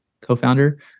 co-founder